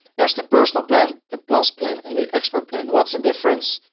there's the personal plan the plus plan and the expert plan. what's the difference,